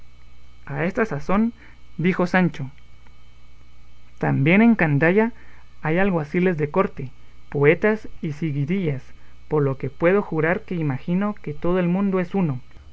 a esta sazón dijo sancho también en candaya hay alguaciles de corte poetas y seguidillas por lo que puedo jurar que imagino que todo el mundo es uno